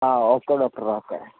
uh okay doctor okay